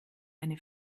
eine